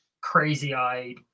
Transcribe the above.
crazy-eyed